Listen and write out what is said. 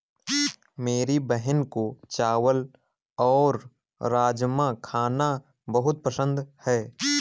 मेरी बहन को चावल और राजमा खाना बहुत पसंद है